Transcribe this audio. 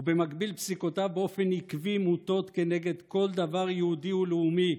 ובמקביל פסיקותיו באופן עקבי מוטות כנגד כל דבר יהודי ולאומי,